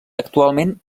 actualment